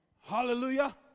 Hallelujah